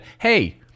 hey